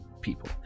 people